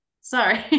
sorry